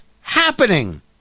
happening